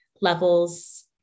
levels